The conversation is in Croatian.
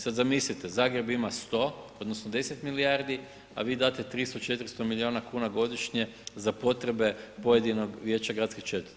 Sad zamislite Zagreb ima 100, odnosno 10 milijardi a vi date 300, 400 milijuna kuna godišnje za potrebe pojedinog vijeća gradskih četvrti.